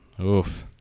oof